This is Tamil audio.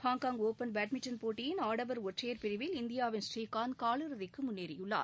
ஹாங்காங் ஓபன் பேட்மிண்டன் போட்டியின் ஆடவர் ஒற்றையர் பிரிவில் இந்தியாவின் ஸ்ரீகாந்த் கால் இறுதிக்கு முன்னேறியுள்ளார்